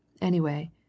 Anyway